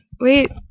wait